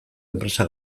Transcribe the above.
enpresa